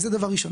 זה דבר ראשון.